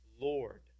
Lord